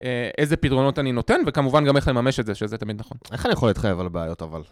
איזה פתרונות אני נותן, וכמובן גם איך לממש את זה, שזה תמיד נכון. איך אני יכול להתחייב על הבעיות, אבל...